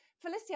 Felicia